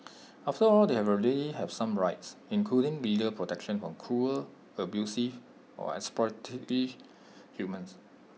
after all they have already have some rights including legal protection from cruel abusive or exploitative humans